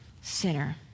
sinner